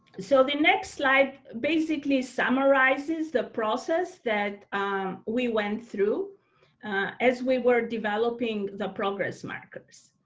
so the next slide. basically, summarizes the process that we went through as we were developing the progress markers.